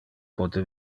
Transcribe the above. pote